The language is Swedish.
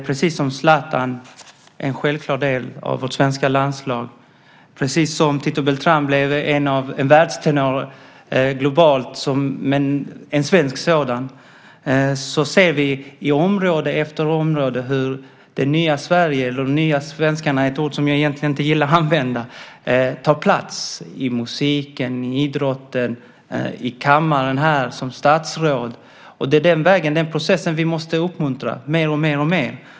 Precis som Zlatan är en självklar del av vårt svenska landslag, precis som Tito Beltran blev en världstenor globalt men en svensk sådan, ser vi i område efter område hur de nya svenskarna - ett ord som jag egentligen inte gillar att använda - tar plats i musiken, i idrotten, här i kammaren, som statsråd. Det är den processen vi måste uppmuntra mer och mer.